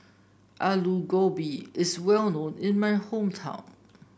Aloo Gobi is well known in my hometown